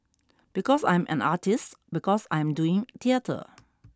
because I am an artist because I am doing theatre